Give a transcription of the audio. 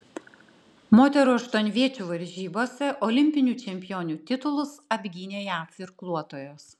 moterų aštuonviečių varžybose olimpinių čempionių titulus apgynė jav irkluotojos